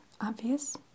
obvious